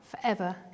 forever